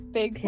Big